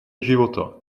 života